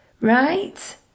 Right